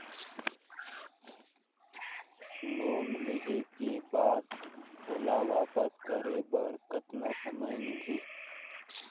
Loan लेहे के बाद ओला वापस करे बर कतना समय मिलही?